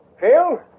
Phil